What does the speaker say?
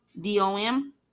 d-o-m